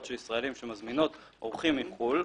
של ישראלים שמזמינות אורחים מחו"ל,